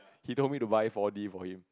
he told me to buy four-D for him